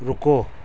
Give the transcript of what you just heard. رکو